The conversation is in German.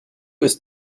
ist